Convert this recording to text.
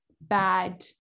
bad